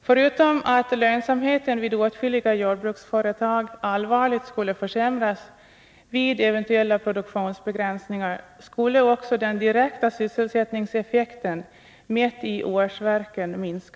Förutom att lönsamheten vid åtskilliga jordbruksföretag allvarligt skulle försämras vid eventuella produktionsbegränsningar skulle också den direkta sysselsättningseffekten, mätt i årsverken, minska.